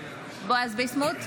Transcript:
בועז ביסמוט,